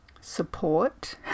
support